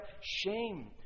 shame